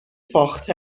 فاخته